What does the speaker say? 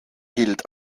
gilt